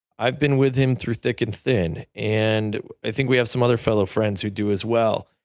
i've been with him through thick and thin. and i think we have some other fellow friends who do as well.